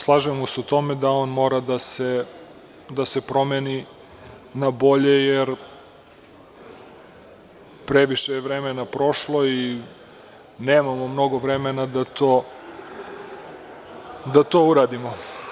Slažemo se u tome da on mora da se promeni na bolje, jer previše je vremena prošlo i nemamo mnogo vremena da to uradimo.